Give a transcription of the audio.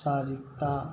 शारीरिकता